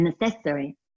Necessary